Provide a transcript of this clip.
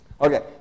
okay